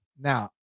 Now